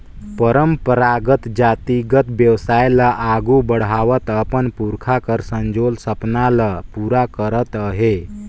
परंपरागत जातिगत बेवसाय ल आघु बढ़ावत अपन पुरखा कर संजोल सपना ल पूरा करत अहे